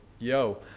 Yo